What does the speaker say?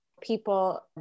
people